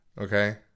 Okay